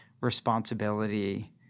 responsibility